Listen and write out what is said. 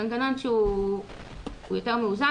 מנגנון שהוא יותר מאוזן,